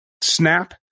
snap